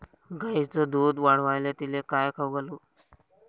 गायीचं दुध वाढवायले तिले काय खाऊ घालू?